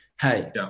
Hey